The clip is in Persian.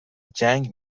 جنگ